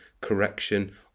correction